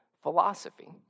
philosophy